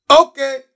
Okay